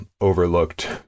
overlooked